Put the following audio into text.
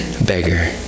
beggar